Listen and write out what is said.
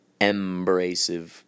embrasive